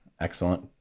Excellent